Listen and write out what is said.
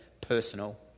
personal